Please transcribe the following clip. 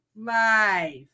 life